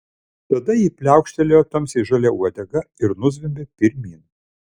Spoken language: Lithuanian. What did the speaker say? tada ji pliaukštelėjo tamsiai žalia uodega ir nuzvimbė pirmyn